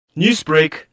Newsbreak